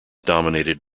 dominated